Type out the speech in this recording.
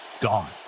gone